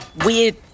weird